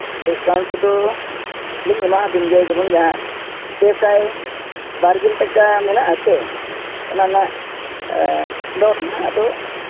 discount ᱠᱚᱫᱚ ᱞᱤᱧ ᱮᱢᱟ ᱟᱹᱵᱤᱱ ᱜᱮᱭᱟ ᱡᱮᱢᱚᱱ ᱡᱟᱦᱟᱸ ᱯᱮ ᱥᱟᱭ ᱵᱟᱨᱜᱮᱞ ᱴᱟᱠᱟ ᱢᱮᱱᱟᱜ ᱟᱥᱮ ᱚᱱᱟ ᱨᱮᱱᱟᱜ ᱫᱚᱨ ᱫᱚ ᱦᱟᱸᱜ ᱟᱫᱚ